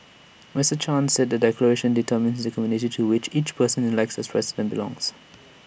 Mister chan said the declaration determines the community to which every person elected as president belongs